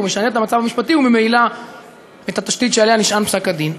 הוא משנה את המצב המשפטי וממילא את התשתית שעליה נשען פסק-הדין.